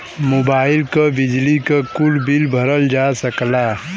mobile क, बिजली क, कुल बिल भरल जा सकला